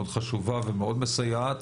מאוד חשובה ומאוד מסייעת,